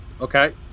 Okay